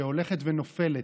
שהולכת ונופלת,